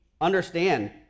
understand